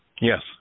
Yes